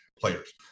players